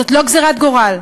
זאת לא גזירת גורל.